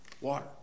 Water